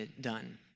done